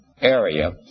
Area